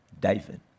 David